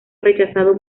rechazado